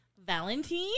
Valentine